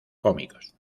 cómicos